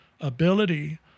ability